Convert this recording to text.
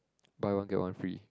buy one get one free